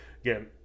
again